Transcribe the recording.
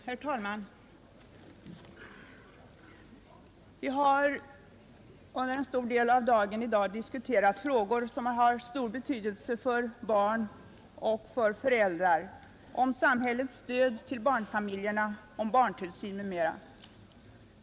Herr talman! Vi har en stor del av dagen diskuterat frågor av stor betydelse för barn och för föräldrar — om samhällets stöd till barnfamiljerna, om barntillsyn m.m.